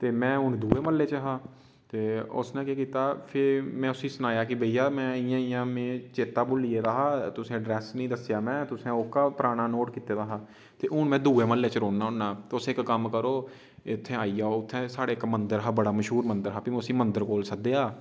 ते में हून दुऐ म्हल्ले च हा ते उस ने केह् कीता फ्ही में उसी सनाया कि भईया में इ'यां इ'यां मी चेता भुल्ली गेदा हा तुसें अड्रेस नि दस्सेआ में तुसें ओह्का पराना नोट कीते दा हा ते हून में दुए म्हल्ले च रौह्ना होन्नां तुस इक कम्म करो इत्थै आई जाओ इत्थे साढ़े इक मंदर हा बड़ा मशहूर मंदर हा फ्ही में उसी मंदर कोल सद्देआ